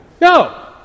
No